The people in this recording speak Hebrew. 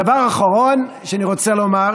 דבר אחרון, בעצם שני דברים שאני רוצה לומר: